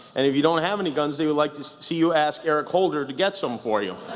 and if you don't have any guns, they'd like to see you ask eric holder to get some for you